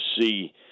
see